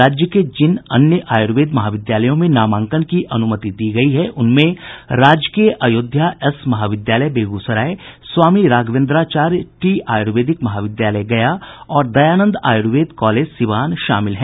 राज्य के जिन अन्य आयुर्वेद महाविद्यालयों में नामांकन की अनुमति दी गयी गयी है उनमें राजकीय अयोध्या एस महाविद्यालय बेगूसराय स्वामी राघवेन्द्राचार्य टी आयूर्वेदिक महाविद्यालय गया और दयानंद आयूर्वेद कॉलेज सीवान शामिल हैं